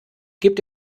gibt